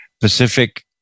Pacific